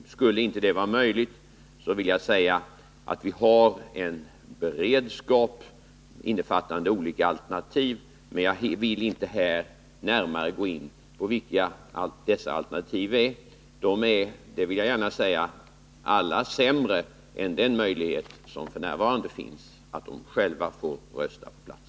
Om det inte är möjligt, vill jag säga att vi har en beredskap innefattande olika alternativ. Jag vill dock inte här närmare gå in på vilka dessa alternativ är. De är, det vill jag gärna säga, alla sämre än den möjlighet som f. n. finns, att de själva får rösta på plats.